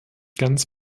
ganz